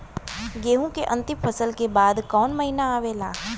गेहूँ के अंतिम फसल के बाद कवन महीना आवेला?